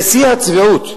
זה שיא הצביעות.